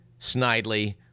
snidely